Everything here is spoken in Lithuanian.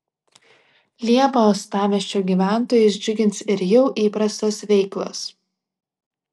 liepą uostamiesčio gyventojus džiugins ir jau įprastos veiklos